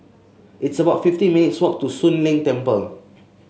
it's about fifty minutes' walk to Soon Leng Temple